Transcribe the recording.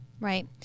Right